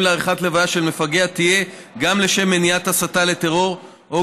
לעריכת לוויה של מפגע תהיה גם לשם מניעת הסתה לטרור או